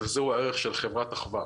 וזהו הערך של חברת אחווה.